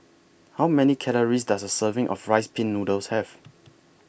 How Many Calories Does A Serving of Rice Pin Noodles Have